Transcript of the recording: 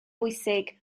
bwysig